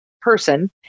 person